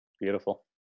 Beautiful